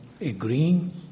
agreeing